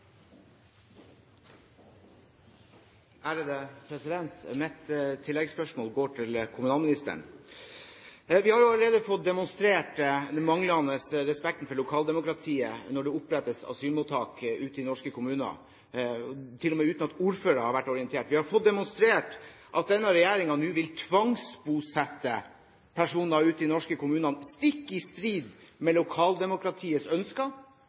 går til kommunalministeren. Vi har allerede fått demonstrert den manglende respekten for lokaldemokratiet når det opprettes asylmottak ute i norske kommuner, til og med uten at ordførere har vært orientert. Vi har fått demonstrert at denne regjeringen nå vil tvangsbosette personer ute i norske kommuner, stikk i strid med lokaldemokratiets ønsker.